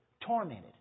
Tormented